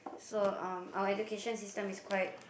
so um our education system is quite